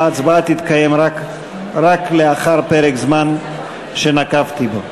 ההצבעה תתקיים רק לאחר פרק הזמן שנקבתי בו.